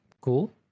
Cool